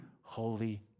holy